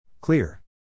Clear